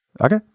okay